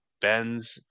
Benz